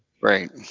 Right